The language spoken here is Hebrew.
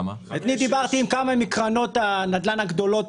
אני דיברתי עם כמה מקרנות הנדל"ן הגדולות